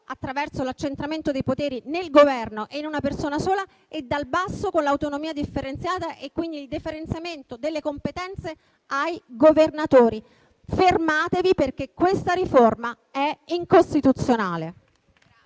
attraverso l'accentramento dei poteri nel Governo e in una persona sola, e dal basso, con l'autonomia differenziata e quindi il deferimento delle competenze ai governatori. Fermatevi, perché questa riforma è incostituzionale.